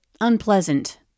unpleasant